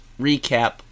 recap